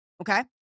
Okay